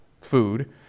food